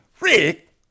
Rick